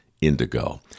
indigo